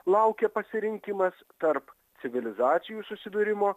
laukia pasirinkimas tarp civilizacijų susidūrimo